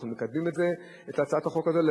ואנחנו מקדמים את הצעת החוק הזו.